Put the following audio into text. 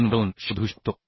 2 वरून शोधू शकतो